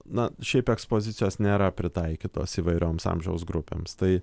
na šiaip ekspozicijos nėra pritaikytos įvairioms amžiaus grupėms tai